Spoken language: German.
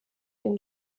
den